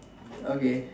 okay